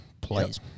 please